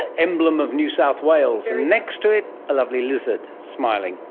and emblem of new south wales. and next to it, a lovely lizard, smiling.